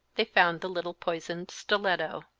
they found the little poisoned stiletto.